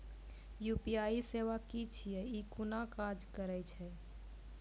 UPI सेवा की छियै? ई कूना काज करै छै?